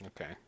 Okay